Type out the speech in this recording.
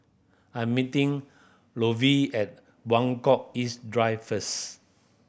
I'm meeting Lovey at Buangkok East Drive first